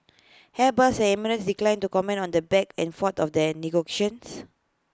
airbus and emirates declined to comment on the back and forth of the an negotiations